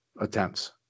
attempts